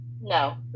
no